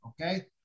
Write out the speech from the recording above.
okay